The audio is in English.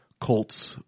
Colts